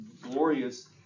glorious